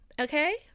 okay